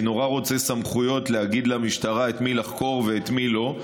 אני נורא רוצה סמכויות להגיד למשטרה את מי לחקור ואת מי לא.